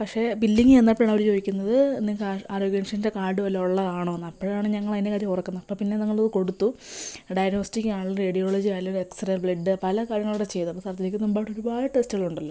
പക്ഷേ ബില്ലിങ്ങിന് ചെന്നപ്പോഴാണ് അവര് ചോദിക്കുന്നത് നിങ്ങൾക്ക് ആരോ ആരോഗ്യ ഇൻഷുറൻസിൻ്റെ കാർഡ് വല്ലതും ഉള്ളതാണോന്ന് അപ്പഴാണ് ഞങ്ങള് അതിൻ്റെ കാര്യം ഓർക്കുന്നത് അപ്പം പിന്നെ നമ്മള് കൊടുത്തു ഡയഗ്നോസ്റ്റിക് ആള് റേഡിയോളജി ആയാലും എക്സ് റേ ബ്ലഡ് പല കാര്യങ്ങളും അവിടെ ചെയ്തു സർജറിക്ക് മുമ്പായിട്ട് ഒരുപാട് ടെസ്റ്റുകൾ ഉണ്ടല്ലോ